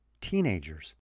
teenagers